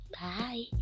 Bye